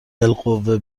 بالقوه